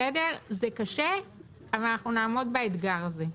זה קשה אבל אנחנו נעמוד באתגר הזה.